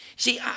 See